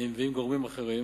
ועם גורמים אחרים.